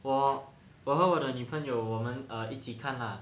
我我和我的女朋友我们 err 一起看啦